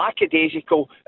lackadaisical